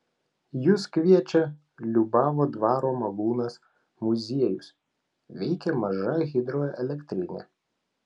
jus kviečia liubavo dvaro malūnas muziejus veikia maža hidroelektrinė